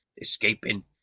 escaping